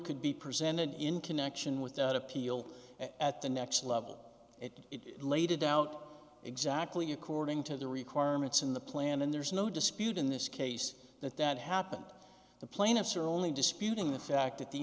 could be presented in connection with that appeal at the next level it laid out exactly according to the requirements in the plan and there's no dispute in this case that that happened the plaintiffs are only disputing the fact at the